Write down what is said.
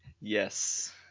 Yes